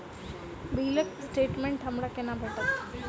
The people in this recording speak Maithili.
बिलक स्टेटमेंट हमरा केना भेटत?